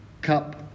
cup